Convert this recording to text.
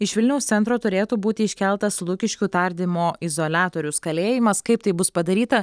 iš vilniaus centro turėtų būti iškeltas lukiškių tardymo izoliatorius kalėjimas kaip tai bus padaryta